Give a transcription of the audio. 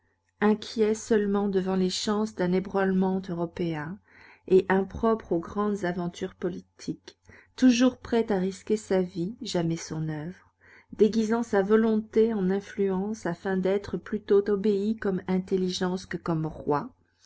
inquiet seulement devant les chances d'un ébranlement européen et impropre aux grandes aventures politiques toujours prêt à risquer sa vie jamais son oeuvre déguisant sa volonté en influence afin d'être plutôt obéi comme intelligence que comme roi